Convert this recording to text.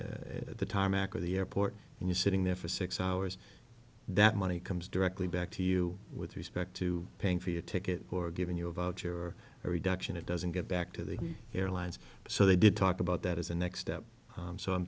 at the tarmac at the airport and you sitting there for six hours that money comes directly back to you with respect to paying for your ticket or giving you a voucher or a reduction it doesn't get back to the airlines so they did talk about that as a next step so i'm